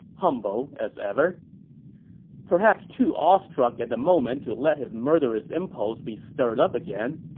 humble as ever perhaps too awestruck at the moment to let his murderous impulse be stirred up again,